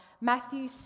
Matthew